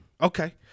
okay